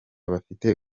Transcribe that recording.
bafite